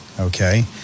Okay